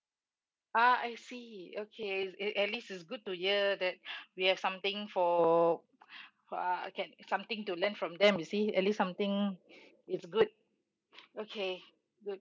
ah I see okay it at least it's good to hear that we have something for I can something to learn from them you see at least something it's good okay good